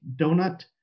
donut